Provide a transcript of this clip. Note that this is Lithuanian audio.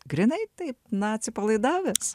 grynai taip na atsipalaidavęs